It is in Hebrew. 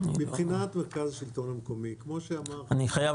מבחינת מרכז השלטון המקומי -- אני חייב